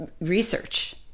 research